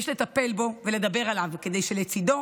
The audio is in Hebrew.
יש לטפל בו ולדבר עליו כדי שלצידו